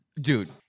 dude